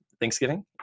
Thanksgiving